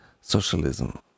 Socialism